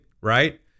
right